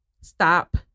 Stop